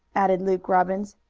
added luke robbins.